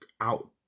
out